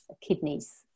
kidneys